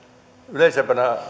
yleisempänä